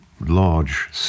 large